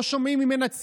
לא שומעים ממנה ציוץ.